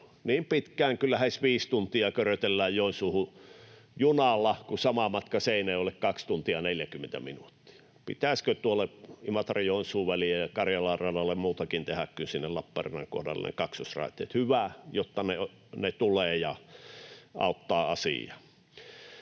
niin pitkään kun lähes 5 tuntia körötellään Joensuuhun junalla, kun sama matka Seinäjoelle vie 2 tuntia 40 minuuttia. Pitäisikö tuolle Imatra—Joensuu-välille ja Karjalan radalle muutakin tehdä kuin sinne Lappeenrannan kohdalle ne kaksoisraiteet? Hyvä, että ne tulevat, ja ne auttavat asiaa.